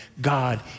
God